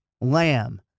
lamb